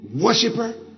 worshiper